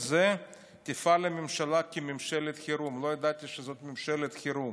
זה תפעל הממשלה כממשלת חירום" לא ידעתי שזאת ממשלת חירום,